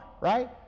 right